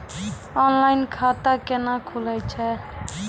Online खाता केना खुलै छै?